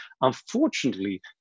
unfortunately